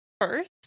first